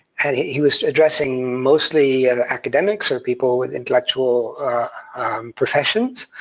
and he he was addressing mostly academics or people with intellectual professions,